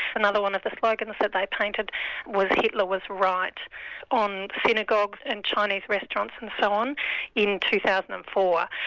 another one of the slogans that they painted was hitler was right on synagogues and chinese restaurants and so on in two thousand and four.